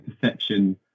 perception